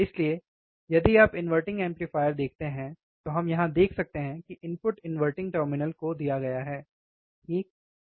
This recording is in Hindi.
इसलिए यदि आप इन्वर्टिंग एम्पलीफायर देखते हैं तो हम यहां देख सकते हैं कि इनपुट इनवर्टिंग टर्मिनल को दिया गया है सही